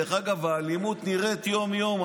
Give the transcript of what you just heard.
דרך אגב, האלימות נראית יום-יום.